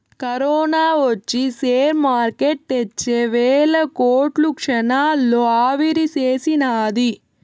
corona ఒచ్చి share market తెచ్చే వేల కోట్లు క్షణాల్లో ఆవిరిసేసినాది